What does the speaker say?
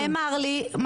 מה